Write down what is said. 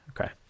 Okay